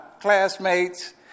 classmates